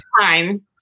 time